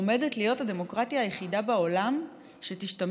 עומדת להיות הדמוקרטיה היחידה בעולם שתשמש